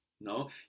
No